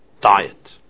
diet